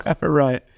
right